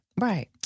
Right